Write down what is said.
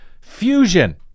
fusion